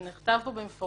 זה נכתב פה במפורש,